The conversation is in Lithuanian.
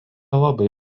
labai